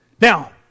Now